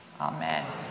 Amen